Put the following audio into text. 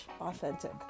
authentic